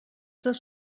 dos